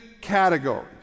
categories